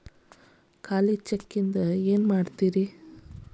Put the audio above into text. ಖಾಲಿ ಚೆಕ್ ನಿಂದ ಏನ ಮಾಡ್ತಿರೇ?